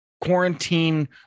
quarantine